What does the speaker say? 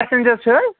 passenger چھِ حظ